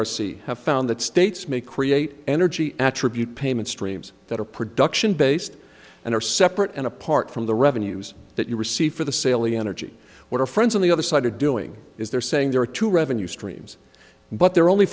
c have found that states may create energy attribute payment streams that are production based and are separate and apart from the revenues that you receive for the salient argy what are friends on the other side are doing is they're saying there are two revenue streams but they're only